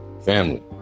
family